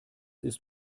ist